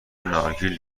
نارگیل